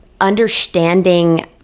understanding